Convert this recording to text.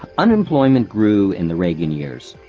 unemployment grew in the reagan years.